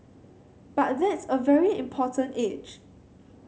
but that's a very important age